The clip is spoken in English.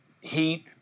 heat